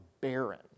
barren